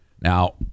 Now